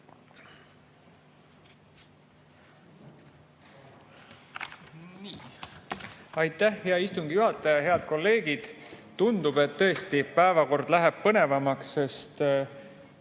Aitäh, hea istungi juhataja! Head kolleegid! Tundub, et tõesti päevakord läheb põnevamaks, sest